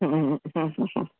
હમ હમ હમહ હમ